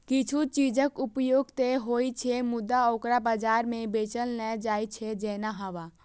किछु चीजक उपयोग ते होइ छै, मुदा ओकरा बाजार मे बेचल नै जाइ छै, जेना हवा